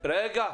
רגע.